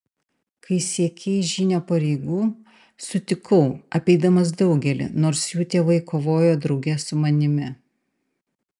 kai siekei žynio pareigų sutikau apeidamas daugelį nors jų tėvai kovojo drauge su manimi